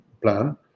Plan